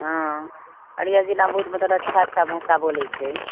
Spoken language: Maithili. हँ अररिया जिला बहुत मतलब अच्छा अच्छा भाषा बोलैत छै